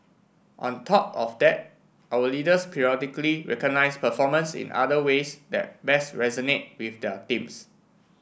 on top of that our leaders periodically recognise performance in other ways that best resonate with their teams